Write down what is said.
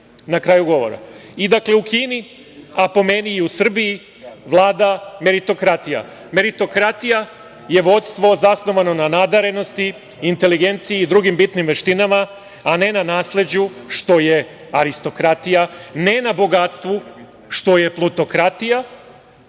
na kraju govora.U Kini, a po meni i u Srbiji, vlada meritokratija. Meritokratija je vođstvo zasnovano na nadarenosti, inteligenciji i drugim bitnim veštinama, a ne na nasleđu, što je aristokratija, ne na bogatstvu, što je plutokratija